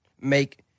make